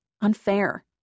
unfair